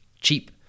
Cheap